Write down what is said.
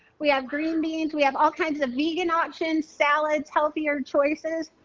we are green means we have all kinds of media not shun salads healthier choices.